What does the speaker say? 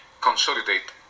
consolidate